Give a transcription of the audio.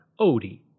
Odie